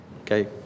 okay